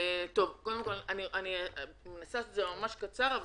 אני אנסה לעשות את זה ממש קצר,